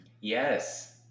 yes